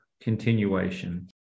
continuation